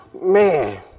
Man